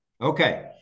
Okay